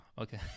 Okay